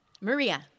Maria